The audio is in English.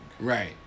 Right